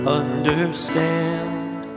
understand